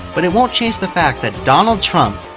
but it won't change the fact that donald trump,